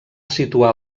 situar